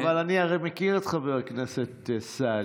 אבל אני הרי מכיר את חבר הכנסת סעדי.